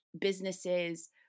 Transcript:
businesses